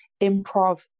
Improv